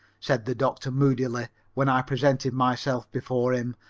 said the doctor moodily when i presented myself before him,